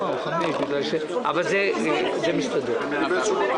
הפניות אושרו.